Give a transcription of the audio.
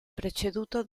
preceduto